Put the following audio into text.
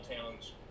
towns